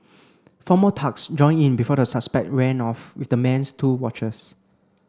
four more thugs joined in before the suspect ran off with the man's two watches